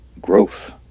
growth